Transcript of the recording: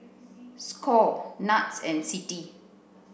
Score NETS and CITI